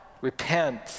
repent